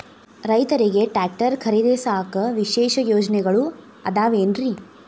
ರೈತರಿಗೆ ಟ್ರ್ಯಾಕ್ಟರ್ ಖರೇದಿಸಾಕ ವಿಶೇಷ ಯೋಜನೆಗಳು ಅದಾವೇನ್ರಿ?